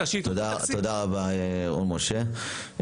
תודה רבה, רון משה.